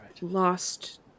lost